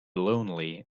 lonely